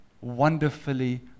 wonderfully